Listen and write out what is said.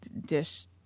Dish